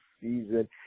season